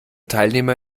teilnehmer